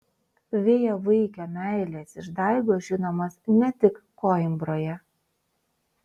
vėjavaikio meilės išdaigos žinomos ne tik koimbroje